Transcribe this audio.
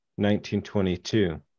1922